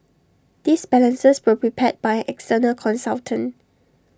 these balances were prepared by external consultant